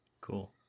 Cool